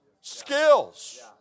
skills